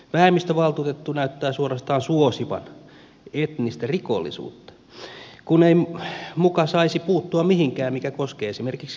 vähemmistövaltuutettu näyttää suorastaan suosivan etnistä rikollisuutta kun ei muka saisi puuttua mihinkään mikä koskee esimerkiksi maahanmuuttajaväestöä